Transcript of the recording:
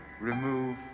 remove